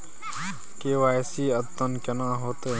KYC अद्यतन केना होतै?